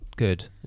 Good